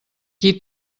qui